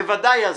בוודאי הזה,